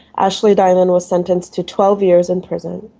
ashley diamond was sentenced to twelve years in prison.